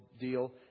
deal